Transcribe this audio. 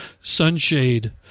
sunshade